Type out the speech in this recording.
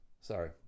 Sorry